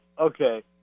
Okay